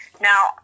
now